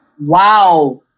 wow